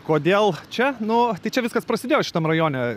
kodėl čia nu čia viskas prasidėjo šitam rajone